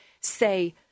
say